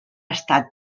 estat